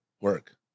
work